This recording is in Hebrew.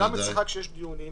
גם אצלך כשיש דיונים,